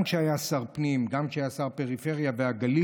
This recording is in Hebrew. גם כשהיה שר פנים, גם כשהיה שר הפריפריה והגליל,